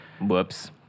Whoops